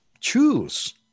choose